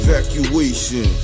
Evacuation